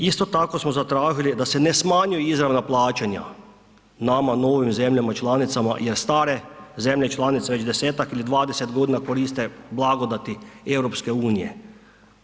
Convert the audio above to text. Isto tako smo zatražili da se ne smanjuju izravna plaćanja, nama, novim zemljama članicama jer stare zemlje članice već desetak ili 20 godina koriste blagodati EU-e.